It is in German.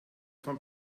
vom